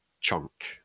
chunk